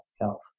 health